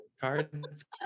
cards